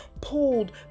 pulled